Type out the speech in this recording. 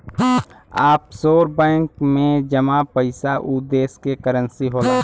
offshore bank में जमा पइसा उ देश क करेंसी होला